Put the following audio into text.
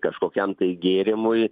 kažkokiam tai gėrimui